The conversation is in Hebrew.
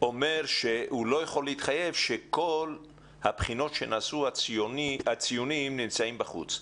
אומר שהוא לא יכול להתחייב שכל הציונים לבחינות שנעשו כבר נמצאים בחוץ.